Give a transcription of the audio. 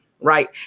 right